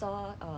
primary school